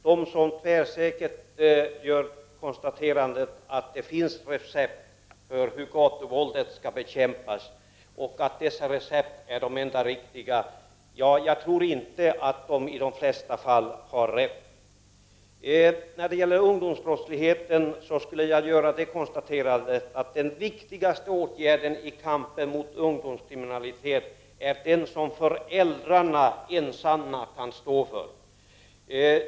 De som tvärsäkert konstaterar att det finns recept för hur gatuvåldet skall bekämpas och att dessa recept är de enda riktiga har enligt min uppfattning i de flesta fall inte rätt. I fråga om ungdomsbrottsligheten vill jag göra det konstaterandet att den viktigaste åtgärden i kampen mot ungdomskriminalitet är den som föräldrarna ensamma kan stå för.